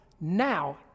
now